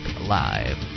Live